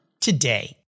today